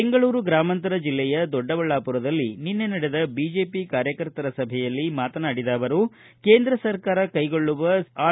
ಬೆಂಗಳೂರು ಗ್ರಾಮಾಂತರ ಜಿಲ್ಲೆಯ ದೊಡ್ಡಬಳ್ಳಾಪುರದಲ್ಲಿ ನಿನ್ನೆ ನಡೆದ ಬಿಜೆಪಿ ಕಾರ್ಚಕರ್ತರ ಸಭೆಯಲ್ಲಿ ಮಾತನಾಡಿದ ಅವರು ಕೇಂದ್ರ ಸರ್ಕಾರ ಕೈಗೊಳ್ಳುವ ಆರ್